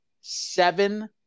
seven